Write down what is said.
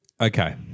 Okay